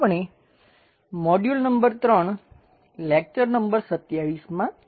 આપણે module number 3 lecture number 27 માં છીએ